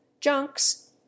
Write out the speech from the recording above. Junks